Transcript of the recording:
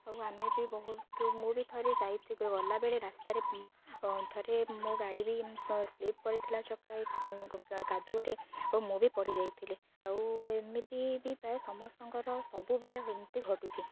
ଆଉ ଆମେ ବି ବହୁତ ମୁଁ ବି ଥରେ ଯାଇଥିଲ ଗଲାବେଳେ ରାସ୍ତାରେ ଥରେ ମୋ ଗାଡ଼ି ବି ସ୍ଲିପ୍ କରିଥିଲା ଚକ କାଦୁଅରେ ଓ ମୁଁ ବି ପଡ଼ିଯାଇଥିଲି ଆଉ ଏମିତି ବି ପ୍ରାୟ ସମସ୍ତଙ୍କର ସବୁବେଳେ ଏମିତି ଘଟୁଛିି